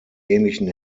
ähnlichen